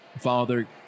father